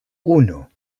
uno